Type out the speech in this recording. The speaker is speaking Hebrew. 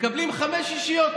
מקבלים חמש שישיות.